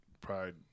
pride